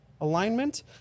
alignment